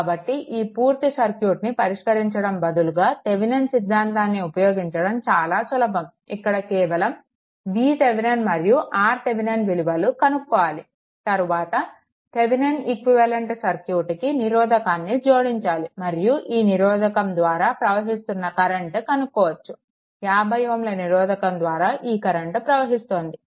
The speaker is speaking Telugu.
కాబట్టి ఈ పూర్తి సర్క్యూట్ని పరిష్కరించడం బదులుగా థెవెనిన్ సిద్ధాంతాన్ని ఉపయోగించడం చాలా సులభం ఇక్కడ కేవలం VThevenin మరియు RThevenin విలువలు కనుక్కోవాలి తరువాత థెవెనిన్ ఈక్వివలెంట్ సర్క్యూట్కినిరోధకాన్ని జోడించాలి మరియు ఈ నిరోధకం ద్వారా ప్రవహిస్తున్న కరెంట్ కనుక్కోవచ్చు 50 Ω నిరోధకం ద్వారా ఈ కరెంట్ ప్రవహిస్తుంది